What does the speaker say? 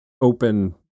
open